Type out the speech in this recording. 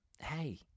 Hey